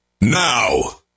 now